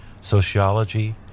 sociology